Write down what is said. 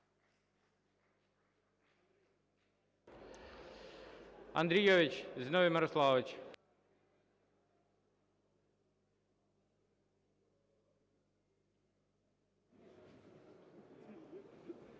Андрійович Зіновій Мирославович.